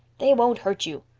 they won't hurt you.